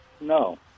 no